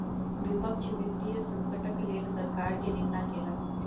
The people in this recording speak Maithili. विपक्ष वित्तीय संकटक लेल सरकार के निंदा केलक